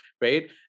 right